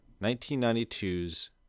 1992's